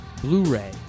Blu-ray